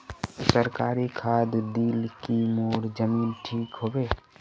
सरकारी खाद दिल की मोर जमीन ठीक होबे?